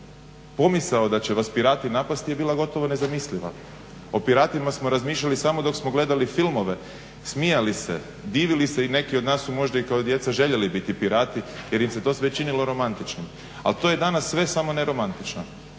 pomisao da će vas pirati napasti je bila gotovo nezamisliva. O piratima smo razmišljali samo dok smo gledali filmove, smijali se, divili se i neki od nas su možda i kao djeca željeli biti pirati jer im se to sve činilo romantičnim. Ali to je danas sve samo ne romantično.